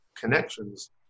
connections